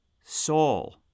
Soul